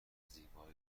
زیبایی